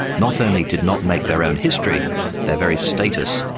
not only did not make their own history their very status,